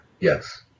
yes